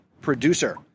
producer